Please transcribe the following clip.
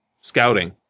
scouting